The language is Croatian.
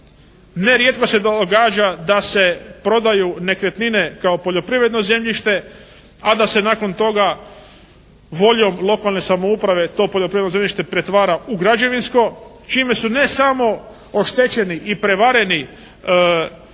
nerijetko se događa da se prodaju nekretnine kao poljoprivredno zemljište, a da se nakon toga voljom lokalne samouprave to poljoprivredno zemljište pretvara u građevinsko čime su ne samo oštećeni i prevareni